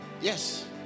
yes